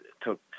took